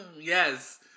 Yes